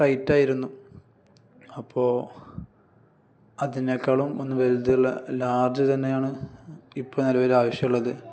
ടൈറ്റായിരുന്നു അപ്പോൾ അതിനേക്കാളും ഒന്ന് വലുതുള്ള ലാർജ് തന്നെയാണ് ഇപ്പം നിലവിൽ ആവശ്യമുള്ളത്